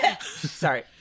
sorry